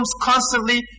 constantly